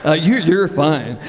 ah you're you're fine.